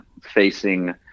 facing